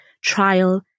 trial